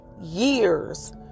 years